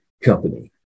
company